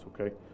okay